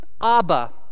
Abba